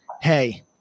hey